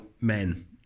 men